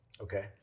Okay